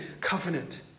covenant